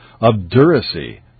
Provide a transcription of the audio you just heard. Obduracy